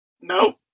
no